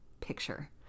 picture